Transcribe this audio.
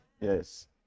Yes